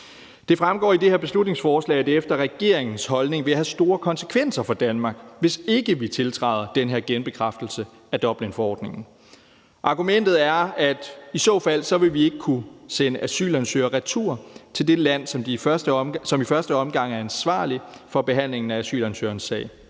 Det fremgår i det her beslutningsforslag, at det efter regeringens holdning vil have store konsekvenser for Danmark, hvis ikke vi tiltræder den her genbekræftelse af Dublinforordningen. Argumentet er, at i så fald vil vi ikke kunne sende asylansøgere retur til det land, som i første omgang er ansvarlig for behandlingen af asylansøgerens sag